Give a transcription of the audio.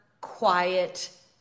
quiet